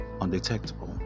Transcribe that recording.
undetectable